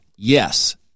Yes